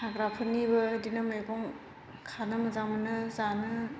हाग्राफोरनिबो बेदिनो मैगं खानो मोजां मोनो जानो